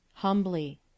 Humbly